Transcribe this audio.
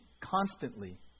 constantly